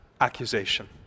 accusation